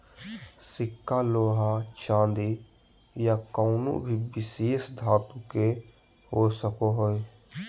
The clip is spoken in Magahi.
सिक्का लोहा चांदी या कउनो भी विशेष धातु के हो सको हय